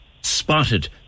spotted